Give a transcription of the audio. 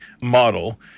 model